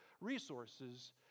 resources